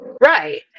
right